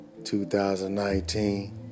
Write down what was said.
2019